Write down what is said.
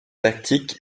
tactique